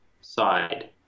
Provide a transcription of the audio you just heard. side